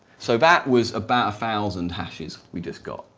so that was about a thousand hashes we just got,